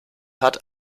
hat